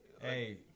Hey